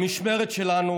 במשמרת שלנו